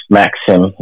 maxim